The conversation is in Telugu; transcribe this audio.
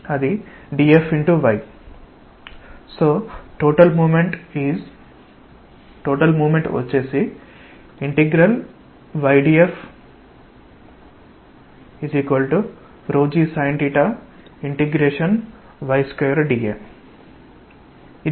కాబట్టి total moment y dF g sin y2 dA